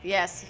Yes